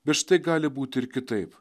bet štai gali būt ir kitaip